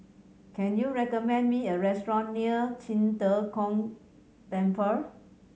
can you recommend me a restaurant near Qing De Gong Temple